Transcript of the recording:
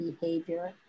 behavior